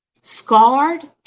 scarred